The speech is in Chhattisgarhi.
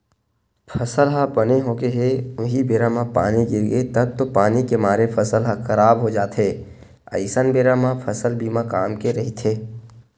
फसल ह बने होगे हे उहीं बेरा म पानी गिरगे तब तो पानी के मारे फसल ह खराब हो जाथे अइसन बेरा म फसल बीमा काम के रहिथे